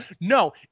No